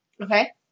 Okay